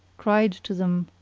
cried to him,